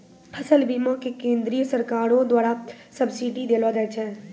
फसल बीमा मे केंद्रीय सरकारो द्वारा सब्सिडी देलो जाय छै